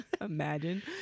Imagine